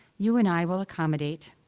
you and i will accommodate,